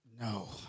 No